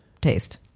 taste